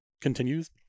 continues